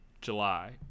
July